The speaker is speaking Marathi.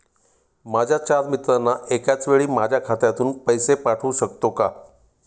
माझ्या चार मित्रांना एकाचवेळी माझ्या खात्यातून पैसे पाठवू शकतो का?